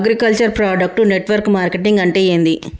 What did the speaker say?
Agriculture product network marketing అంటే ఏంది?